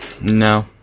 no